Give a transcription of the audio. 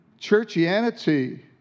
churchianity